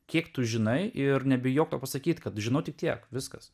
kiek tu žinai ir nebijok to pasakyt kad žinau tik tiek viskas